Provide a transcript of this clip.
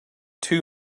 too